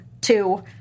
Two